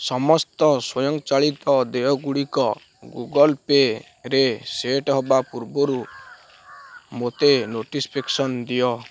ସମସ୍ତ ସ୍ୱଂୟଚାଳିତ ଦେୟଗୁଡ଼ିକ ଗୁଗଲ୍ ପେରେ ସେଟ୍ ହବା ପୂର୍ବରୁ ମୋତେ ନୋଟିଫିକେସନ୍ ଦିଅ